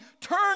turn